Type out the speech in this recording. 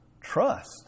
trust